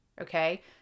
Okay